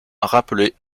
rappelé